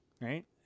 right